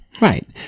Right